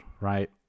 right